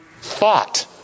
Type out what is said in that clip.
thought